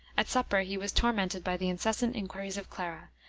at supper he was tormented by the incessant inquiries of clara,